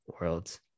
worlds